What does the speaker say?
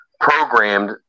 programmed